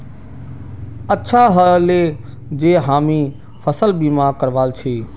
अच्छा ह ले जे हामी फसल बीमा करवाल छि